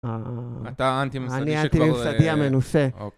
אתה האנטי ממסדי שכל.. אני האנטי ממסדי המנוסה